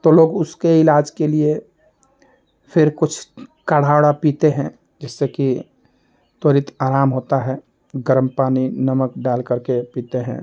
तो लोग उसके इलाज के लिए फ़िर कुछ काढ़ा वाढ पीते हैं जिससे कि त्वरित आराम होता है गरम पानी नमक डालकर के पीते हैं